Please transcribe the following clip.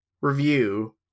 review